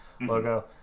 logo